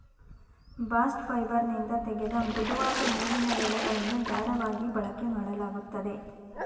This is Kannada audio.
ಬಾಸ್ಟ ಫೈಬರ್ನಿಂದ ತೆಗೆದ ಮೃದುವಾದ ನೂಲಿನ ಎಳೆಗಳನ್ನು ದಾರವಾಗಿ ಬಳಕೆಮಾಡಲಾಗುತ್ತದೆ